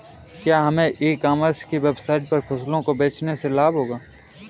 क्या हमें e commerce की वेबसाइट पर फसलों को बेचने से लाभ होगा?